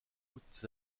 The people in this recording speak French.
routes